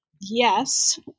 yes